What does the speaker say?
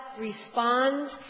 responds